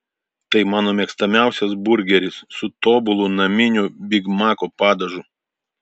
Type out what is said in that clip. tai mano mėgstamiausias burgeris su tobulu naminiu bigmako padažu